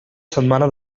setmana